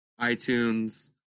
iTunes